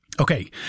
Okay